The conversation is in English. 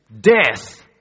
death